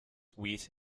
wheat